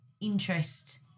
interest